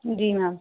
जी ma'am